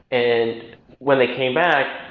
and when they came back,